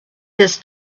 his